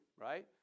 right